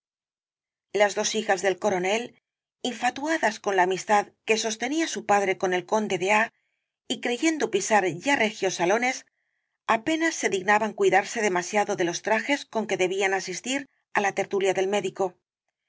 las dos hijas del coronel infatuadas con la amistad que sostenía su padre con el conde de a y creyendo pisar ya regios salones apenas se dignaban cuidarse demasiado de los trajes con que debían asistir á la tertulia del médico